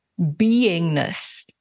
beingness